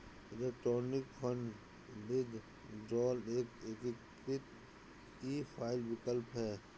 electronic fund withdrawal एक एकीकृत e file विकल्प है